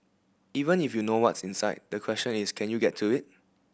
even if you know what's inside the question is can you get to it